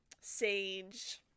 sage